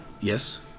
Yes